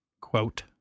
quote